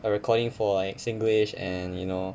a recording for like singlish and you know